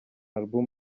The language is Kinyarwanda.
album